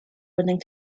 running